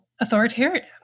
authoritarian